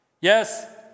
Yes